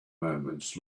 moments